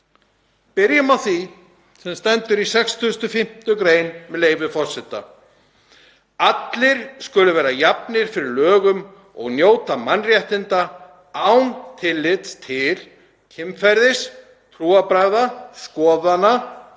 Byrjum á því sem stendur í 65. gr., með leyfi forseta: „Allir skulu vera jafnir fyrir lögum og njóta mannréttinda án tillits til kynferðis, trúarbragða, skoðana,